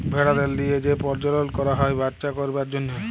ভেড়াদের লিয়ে যে পরজলল করল হ্যয় বাচ্চা করবার জনহ